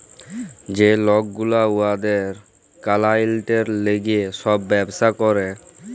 যে লক গুলা উয়াদের কালাইয়েল্টের ল্যাইগে ছব ব্যবসা ক্যরে